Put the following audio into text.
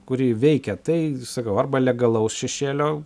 kuri veikia tai sakau arba legalaus šešėlio